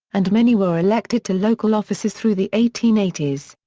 and many were elected to local offices through the eighteen eighty s.